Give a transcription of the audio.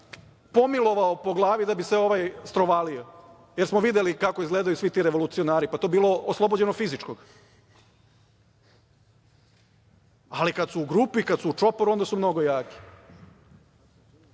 pomilovao po glavi da bi se ovaj strovalio, jer smo videli kako izgledaju svi ti revolucionari. Pa, to bilo oslobođeno fizičkog, ali kada su u grupi, kada su u čoporu, onda su mnogo jaki. Vama